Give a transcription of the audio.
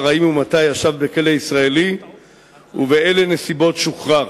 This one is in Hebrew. האם ומתי ישב בכלא ישראלי ובאילו נסיבות שוחרר.